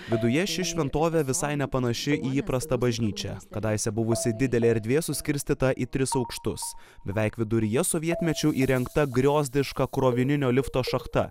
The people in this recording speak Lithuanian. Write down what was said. viduje ši šventovė visai nepanaši į įprastą bažnyčią kadaise buvusi didelė erdvė suskirstyta į tris aukštus beveik viduryje sovietmečiu įrengta griozdiška krovininio lifto šachta